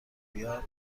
بیاد